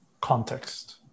context